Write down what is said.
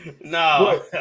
No